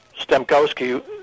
Stemkowski